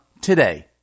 today